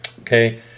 Okay